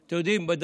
תרומתם.